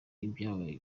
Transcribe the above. ibyabaye